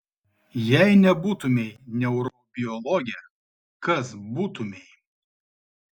jei nebūtumei neurobiologė kas būtumei